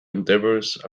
endeavors